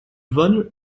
vole